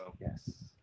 Yes